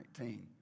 19